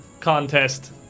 contest